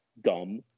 dumb